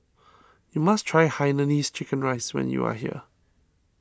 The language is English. you must try Hainanese Chicken Rice when you are here